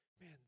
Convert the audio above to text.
man